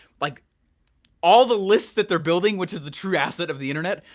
like all the lists that they are building which is the true asset of the internet,